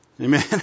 Amen